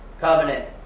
covenant